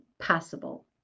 possible